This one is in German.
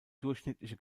durchschnittliche